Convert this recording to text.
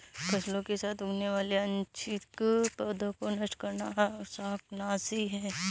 फसलों के साथ उगने वाले अनैच्छिक पौधों को नष्ट करना शाकनाशी है